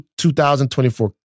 2024